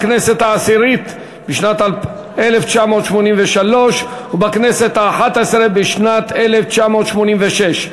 היה בכנסת העשירית בשנת 1983 ובכנסת האחת-עשרה בשנת 1986,